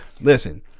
Listen